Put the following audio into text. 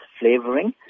flavoring